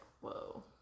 whoa